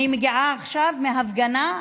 אני מגיעה עכשיו מהפגנה.